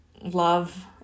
love